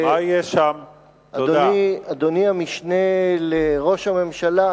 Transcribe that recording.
אדוני המשנה לראש הממשלה,